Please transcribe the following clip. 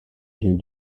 vient